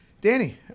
Danny